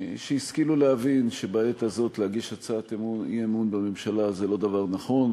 שהשכילו להבין שבעת הזאת להגיש הצעת אי-אמון בממשלה זה לא דבר נכון,